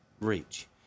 reach